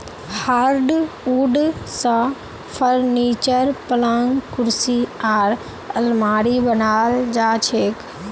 hardwood स furniture, पलंग कुर्सी आर आलमारी बनाल जा छेक